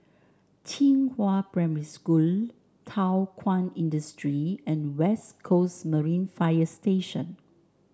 Qihua Primary School Thow Kwang Industry and West Coast Marine Fire Station